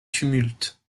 tumulte